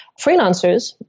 freelancers